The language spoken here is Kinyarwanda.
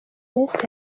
ernest